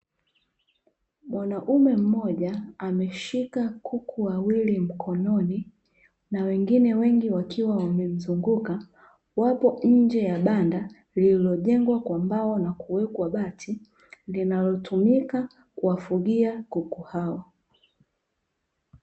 Mwanaume mmoja ameshika kuku wawili mkononi, na wengine wengi wakiwa wamemzunguka wapo nje ya banda lililojengwa kwa mbao na kuwekwa bati linalotumika kuwafugia kuku hao.